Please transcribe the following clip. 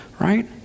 right